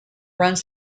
runs